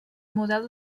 model